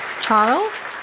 Charles